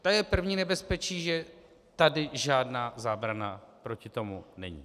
To je první nebezpečí, že tady žádná zábrana proti tomu není.